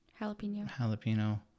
jalapeno